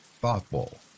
thoughtful